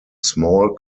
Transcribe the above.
small